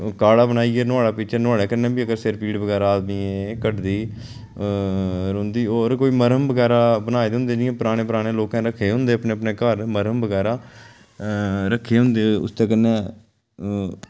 काह्ड़ा बनाइयै नुआढ़ा पीह्चै ते नुआढ़े कन्नै बी अगर सिर पीड़ बगैरा आदमी गी कटदी रौंह्दी और कोई मरहम बगैरा बनाए दे होंदे जि'यां पराने पराने लोकें रक्खे दे होंदे अपने अपने घर मरहम बगैरा रक्खे दे होंदे उसदे कन्नै